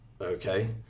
okay